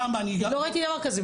לא ראיתי דבר כזה.